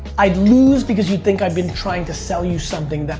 i'd lose because you think i'd been trying to sell you something.